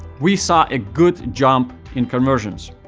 we saw a good jump in conversions.